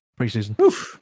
preseason